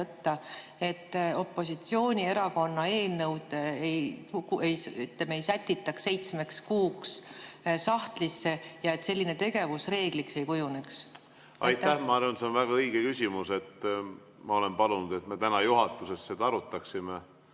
võtta, et opositsioonierakonna eelnõu ei sätitaks seitsmeks kuuks sahtlisse ja selline tegevus reegliks ei kujuneks? Ma arvan, et see on väga õige küsimus. Ma olen palunud, et me täna juhatuses seda arutaksime.